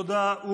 תודה.